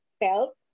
felt